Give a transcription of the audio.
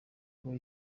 uko